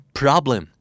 problem